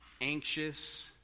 anxious